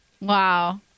Wow